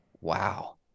wow